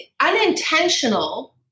unintentional